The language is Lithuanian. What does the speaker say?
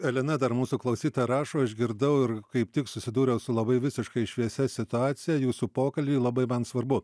elena dar mūsų klausytoja rašo išgirdau ir kaip tik susidūriau su labai visiškai šviesia situacija jūsų pokalby labai man svarbu